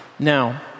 Now